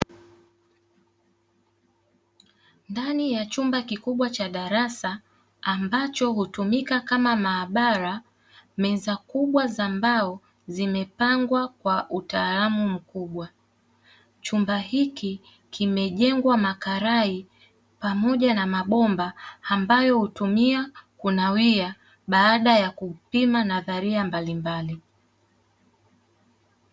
Ndani ya chumba kikubwa cha darasa ambacho hutumika kama maabara meza kubwa za mbao zimepangwa kwa utaalamu mkubwa, chumba hiki kimejengwa makarai pamoja na mabomba ambayo hutumia kunawia baada ya kupima nadharia mbalimbali.